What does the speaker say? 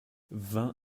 vain